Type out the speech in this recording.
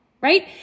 right